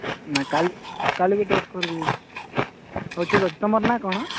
ନାଇଁ ହଉ ଠିକ୍ ଅଛି ତମର ନାଁ କ'ଣ